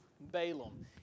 Balaam